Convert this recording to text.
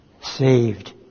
saved